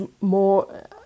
more